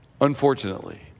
unfortunately